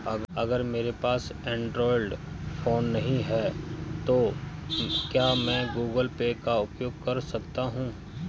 अगर मेरे पास एंड्रॉइड फोन नहीं है तो क्या मैं गूगल पे का उपयोग कर सकता हूं?